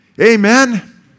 Amen